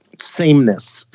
sameness